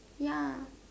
ya